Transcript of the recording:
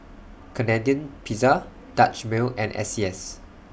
Canadian Pizza Dutch Mill and S C S